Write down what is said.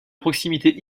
proximité